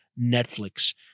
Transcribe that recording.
Netflix